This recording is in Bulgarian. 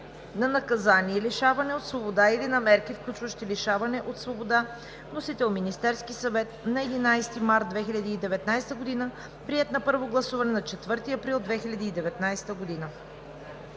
на наказание лишаване от свобода или на мерки, включващи лишаване от свобода. Вносител: Министерският съвет на 11 март 2019 г., приет на първо гласуване на 4 април 2019 г.